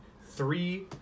three